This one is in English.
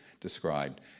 described